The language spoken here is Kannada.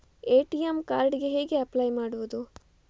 ಎ.ಟಿ.ಎಂ ಕಾರ್ಡ್ ಗೆ ಹೇಗೆ ಅಪ್ಲೈ ಮಾಡುವುದು?